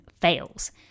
fails